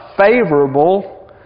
favorable